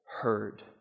heard